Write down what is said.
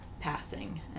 passing